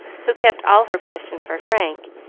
who kept all her questions for frank,